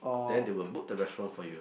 then they will book the restaurant for you